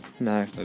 No